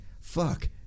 fuck